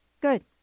good